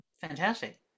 Fantastic